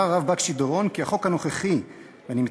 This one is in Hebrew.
הרב בקשי דורון כי "החוק הנוכחי" ואני מצטט,